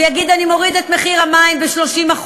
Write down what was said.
ויגיד: אני מוריד את מחיר המים ב-30%,